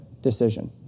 decision